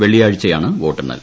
വെള്ളിയാഴ്ചയാണ് വോട്ടെണ്ണൽ